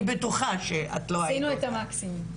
עשינו את המקסימום.